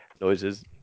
noises